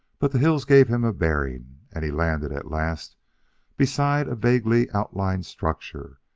but the hills gave him a bearing, and he landed at last beside a vaguely outlined structure,